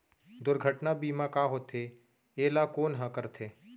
दुर्घटना बीमा का होथे, एला कोन ह करथे?